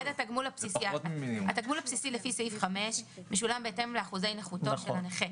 התגמול הבסיסי לפי סעיף 5 משולם בהתאם לאחוזי נכותו של הנכה.